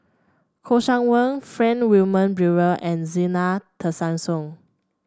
Kouo Shang Wei Frank Wilmin Brewer and Zena Tessensohn